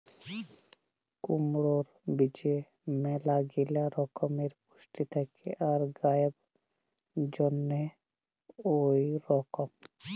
কুমড়র বীজে ম্যালাগিলা রকমের পুষ্টি থেক্যে আর গায়ের জন্হে এঔরল